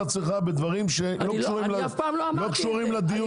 עצמך על דברים שלא קשורים לדיון בכלל.